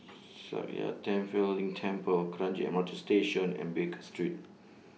Sakya Tenphel Ling Temple Kranji M R T Station and Baker Street